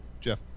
Jeff